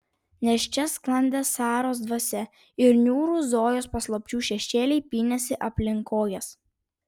nes čia sklandė saros dvasia ir niūrūs zojos paslapčių šešėliai pynėsi aplink kojas